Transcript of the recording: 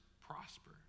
prosper